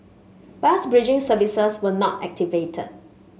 bus bridging services were not activated